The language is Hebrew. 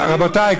רבותיי,